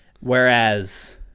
Whereas